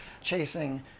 chasing